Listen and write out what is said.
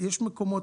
השתתפות.